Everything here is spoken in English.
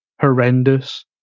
horrendous